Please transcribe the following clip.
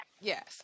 Yes